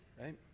right